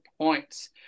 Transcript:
points